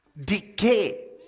Decay